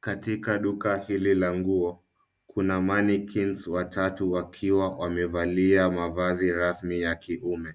Katika duka hili la nguo kuna mannequin watatu wakiwa wamevalia mavazi rasmi ya kiume.